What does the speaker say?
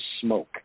smoke